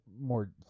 more